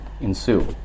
ensue